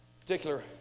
particular